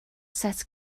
set